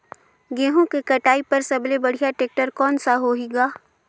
गहूं के कटाई पर सबले बढ़िया टेक्टर कोन सा होही ग?